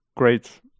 great